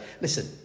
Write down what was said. listen